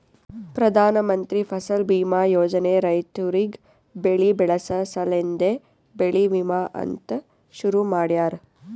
ಪ್ರಧಾನ ಮಂತ್ರಿ ಫಸಲ್ ಬೀಮಾ ಯೋಜನೆ ರೈತುರಿಗ್ ಬೆಳಿ ಬೆಳಸ ಸಲೆಂದೆ ಬೆಳಿ ವಿಮಾ ಅಂತ್ ಶುರು ಮಾಡ್ಯಾರ